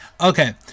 Okay